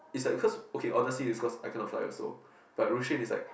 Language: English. is like cause okay honestly is cause I cannot find also but Ru-Xin is like